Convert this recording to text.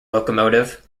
locomotive